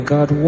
God